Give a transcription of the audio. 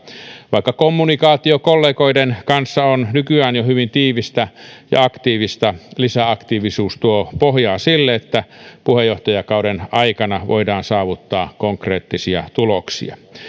vaikka kommunikaatio kollegoiden kanssa on jo nykyään hyvin tiivistä ja aktiivista lisäaktiivisuus tuo pohjaa sille että puheenjohtajakauden aikana voidaan saavuttaa konkreettisia tuloksia